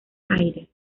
aires